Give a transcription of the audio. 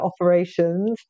operations